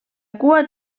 cua